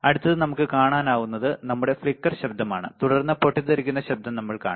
അടുത്തത് നമുക്ക് കാണാനാകുന്നത് നമ്മുടെ ഫ്ലിക്കർ ശബ്ദമാണ് തുടർന്ന് പൊട്ടിത്തെറിക്കുന്ന ശബ്ദം നമ്മൾ കാണും